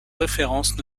références